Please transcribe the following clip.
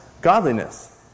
godliness